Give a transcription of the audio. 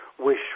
wish